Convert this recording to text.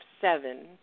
seven